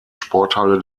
sporthalle